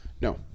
No